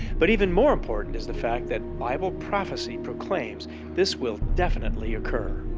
but even more important is the fact that bible prophecy proclaims this will definitely occur.